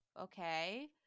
okay